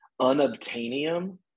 unobtainium